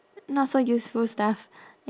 not so useful stuff